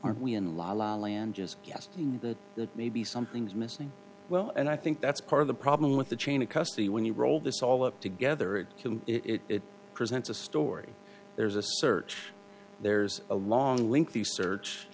aren't we in la la land just guessed that that maybe something's missing well and i think that's part of the problem with the chain of custody when you roll this all up together it can it presents a story there's a search there's a long link the search